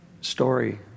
story